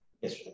Yes